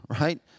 right